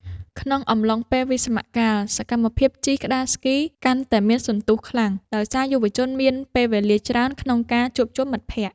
ក្នុងអំឡុងពេលវិស្សមកាល សកម្មភាពជិះក្ដារស្គីកាន់តែមានសន្ទុះខ្លាំង ដោយសារយុវជនមានពេលវេលាច្រើនក្នុងការជួបជុំមិត្តភក្ដិ។